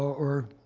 or